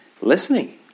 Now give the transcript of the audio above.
listening